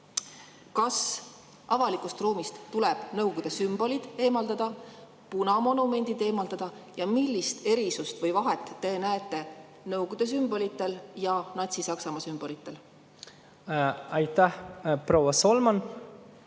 Kas avalikust ruumist tuleb Nõukogude sümbolid ja punamonumendid eemaldada? Millist erisust või vahet te näete Nõukogude sümbolitel ja Natsi-Saksamaa sümbolitel? Aitäh, austatud